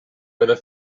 whether